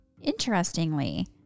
Interestingly